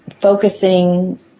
focusing